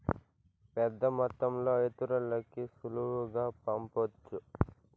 పెద్దమొత్తంలో ఇతరులకి సులువుగా పంపొచ్చు